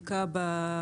בכניסה